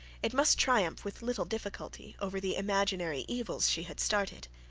it must triumph with little difficulty, over the imaginary evils she had started.